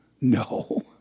No